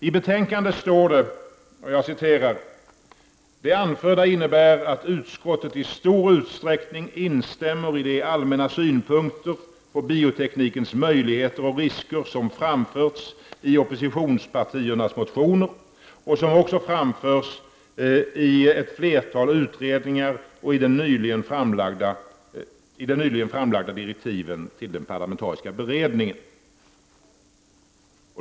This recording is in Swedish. I betänkandet står: ”Det anförda innebär att utskottet i stor utsträckning instämmer i de allmänna synpunkter på bioteknikens möjligheter och risker som framförts i oppositionspartiernas motioner och som också framförts i ett flertal utredningar och i de nyligen framlagda direktiven till den parlamentariska beredningen ---”.